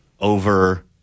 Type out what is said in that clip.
over